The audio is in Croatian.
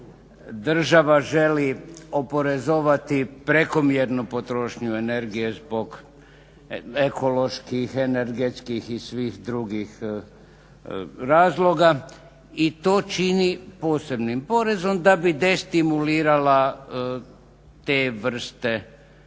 Država želi oporezovati prekomjernu potrošnju energije zbog ekoloških, energetskih i svih drugih razloga i to čini posebnim porezom da bi destimulirala te vrsta potrošnje.